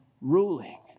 ruling